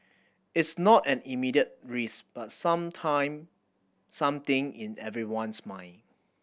it's not an immediate risk but sometime something in everyone's mind